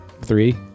Three